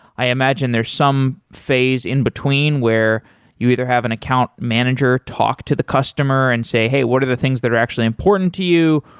i imagine there's some phase in between where you either have an account manager talk to the customer and say, hey, what are the things that are actually important to you?